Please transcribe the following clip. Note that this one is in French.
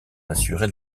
assuraient